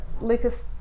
Lucas